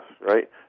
right